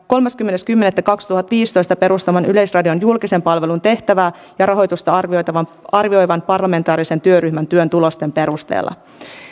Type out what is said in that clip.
kolmaskymmenes kymmenettä kaksituhattaviisitoista perustaman yleisradion julkisen palvelun tehtävää ja rahoitusta arvioivan parlamentaarisen työryhmän työn tulosten perusteella